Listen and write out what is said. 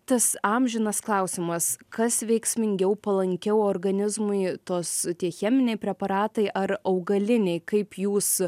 tas amžinas klausimas kas veiksmingiau palankiau organizmui tos tie cheminiai preparatai ar augaliniai kaip jūs